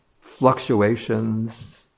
fluctuations